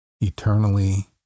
eternally